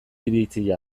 iritzia